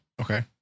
Okay